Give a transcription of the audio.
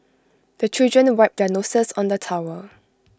the children wipe their noses on the towel